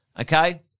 Okay